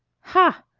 ha!